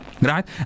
Right